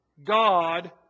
God